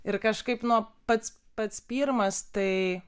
ir kažkaip nu pats pats pirmas tai